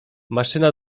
maszyna